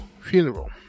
funeral